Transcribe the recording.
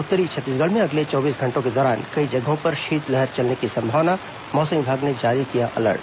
उत्तरी छत्तीसगढ़ में अगले चौबीस घंटों के दौरान कई जगहों पर शीतलहर चलने की संभावना मौसम विभाग ने जारी किया अलर्ट